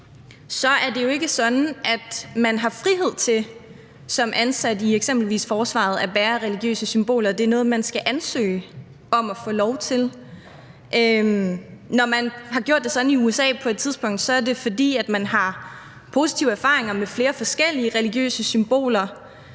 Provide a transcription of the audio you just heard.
er det jo ikke sådan, at man har frihed til som ansat i eksempelvis forsvaret at bære religiøse symboler. Det er noget, man skal ansøge om at få lov til. Når man har gjort det sådan i USA på et tidspunkt, er det, fordi man har positive erfaringer med flere forskellige religiøse symboler,